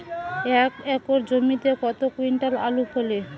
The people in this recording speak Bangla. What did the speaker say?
এক একর জমিতে কত কুইন্টাল আলু ফলে?